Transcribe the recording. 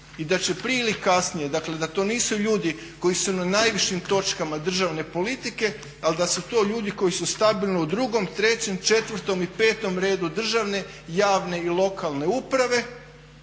I da će prije ili kasnije, dakle da to nisu ljudi koji su na najvišim točkama državne politike, ali da su to ljudi koji su stabilno u drugom, trećem, četvrtom i petom redu državne, javne i lokalne uprave